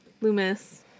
Loomis